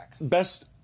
Best